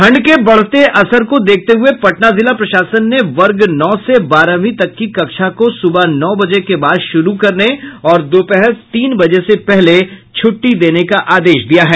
ठंड के बढ़ते असर को देखते हुए पटना जिला प्रशासन ने वर्ग नौ से बारहवीं तक की कक्षा को सुबह नौ बजे के बाद शुरू करने और दोपहर तीन बजे से पहले छुट्टी देने का आदेश दिया है